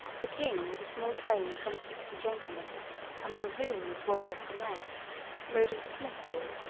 the king with a small train of some sixty gentlemen among whom was walworth the mayor rode into smithfield,